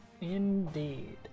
Indeed